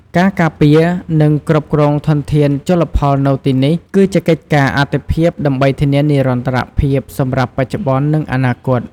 ការការពារ និងគ្រប់គ្រងធនធានជលផលនៅទីនេះ គឺជាកិច្ចការអាទិភាពដើម្បីធានានិរន្តរភាពសម្រាប់បច្ចុប្បន្ន និងអនាគត។